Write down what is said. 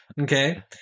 Okay